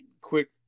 quick